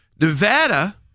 nevada